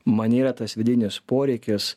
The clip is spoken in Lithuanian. man yra tas vidinis poreikis